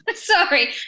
Sorry